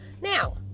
Now